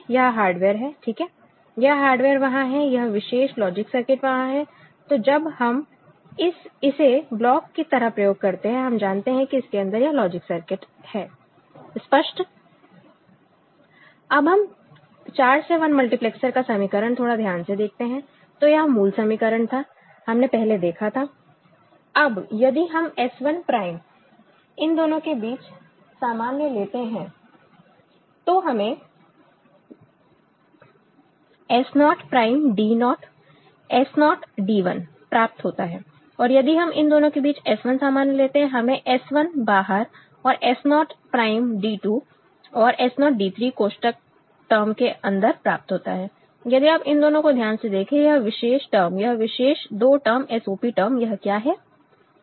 यह हार्डवेयर है ठीक है यह हार्डवेयर वहां है यह विशेष लॉजिक सर्किट वहां है तो जब हम इसे ब्लॉक की तरह प्रयोग करते हैं हम जानते हैं कि इसके अंदर यह लॉजिक सर्किट है स्पष्ट अब हम 4 से 1 मल्टीप्लैक्सर का समीकरण थोड़ा ध्यान से देखते हैं तो यह मूल समीकरण था हमने पहले देखा था अब यदि हम S1 prime इन दोनों के बीच सामान्य लेते हैं तो हमें S naught prime D naught S naught D 1 प्राप्त होता है और यदि हम इन दोनों के बीच S1 सामान्य लेते हैं हमें S1 बाहर और S naught prime D2 और S naught D3 कोष्ठक टर्म के अंदर प्राप्त होता है यदि आप इन दोनों को ध्यान से देखें यह विशेष टर्म यह विशेष दो टर्म SOP टर्म यह क्या है